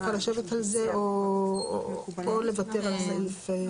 הוא צריך לשמור את זה וההפרה תהיה שהוא לא שמר את המסמך?